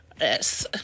Yes